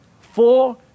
Four